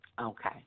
Okay